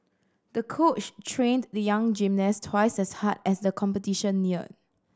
the coach trained the young gymnast twice as hard as the competition neared